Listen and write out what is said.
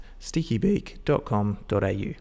stickybeak.com.au